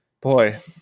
Boy